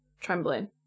trembling